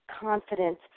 confidence